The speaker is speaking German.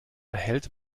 erhält